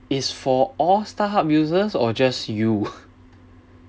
it's for all Starhub users or just you